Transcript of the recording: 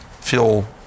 feel